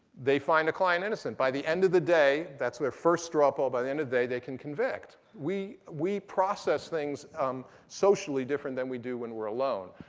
they find the client innocent. by the end of the day that's their first straw poll by the end of day they can convict. we we process things socially different than we do when we're alone.